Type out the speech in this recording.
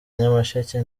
nyamasheke